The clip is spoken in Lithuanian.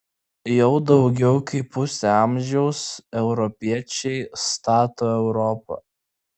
jau daugiau kaip pusę amžiaus europiečiai stato europą